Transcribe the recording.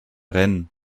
rennen